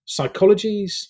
psychologies